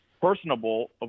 personable